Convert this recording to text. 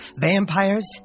vampires